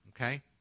Okay